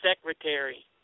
Secretary